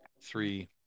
three